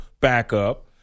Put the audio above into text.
backup